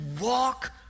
walk